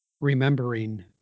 remembering